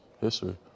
history